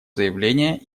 заявление